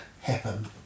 happen